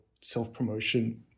self-promotion